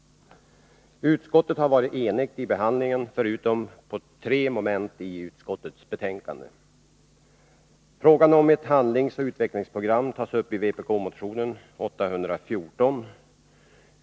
Utskottet har varit enigt i behandlingen, förutom i tre moment i utskottets hemställan. Frågan om ett handlingsoch utvecklingsprogram tas upp i vpk-motion 814.